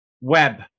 Web